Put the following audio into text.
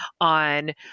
on